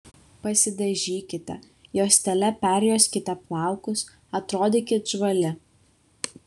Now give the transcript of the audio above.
pasidažykite juostele perjuoskite plaukus atrodykit žvali